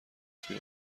توی